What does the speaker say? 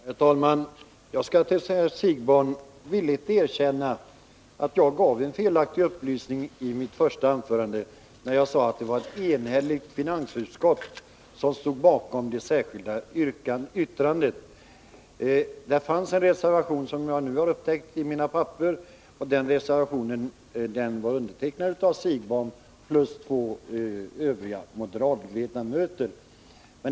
Herr talman! Jag skall för Bo Siegbahn villigt erkänna att jag gav en felaktig upplysning i mitt första anförande. Jag sade att det var ett enhälligt finansutskott som stod bakom det särskilda yttrandet. Det fanns en reservation, och det upptäckte jag när jag tittade i mina papper. Den reservationen var undertecknad av Bo Siegbahn plus två andra moderata ledamöter.